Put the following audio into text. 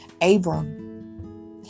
Abram